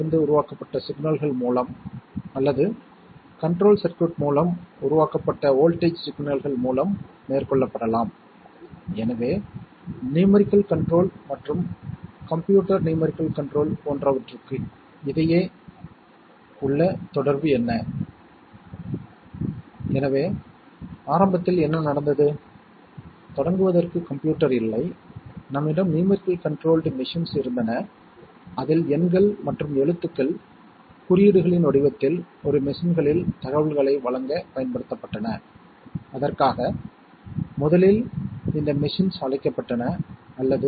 எனவே அதே வழியில் ஒரு சிங்கிள் ஆனது ஹை வோல்ட்டேஜ் மற்றும்லோ வோல்ட்டேஜ் இடையே மாறுபடும் அதனால் நாம் ஒரு பல்ஸ் வோல்ட்டேஜ் ஐப் பெற முடியும் மற்றும் 3 வது படத்தில் காட்டப்பட்டுள்ளபடி A ஆனது 5 வோல்ட் அல்லது 0 வோல்ட் மதிப்பை எடுத்து காலப்போக்கில் மாறுகிறது எனவே இவை பொதுவாக நாம் காணப் போகும் சில டிஜிட்டல் சிக்னல்கள்